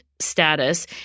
status